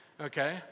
okay